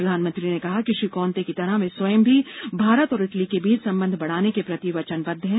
प्रधानमंत्री ने कहा कि श्री कोंते की तरह वे स्वयं भी भारत और इटली के बीच संबंध बढ़ाने के प्रति वचनबद्द हैं